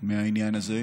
מהעניין הזה,